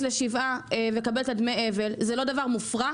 לשבעה ולקבל את דמי האבל - זה לא דבר מופרע?